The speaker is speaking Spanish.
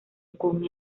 con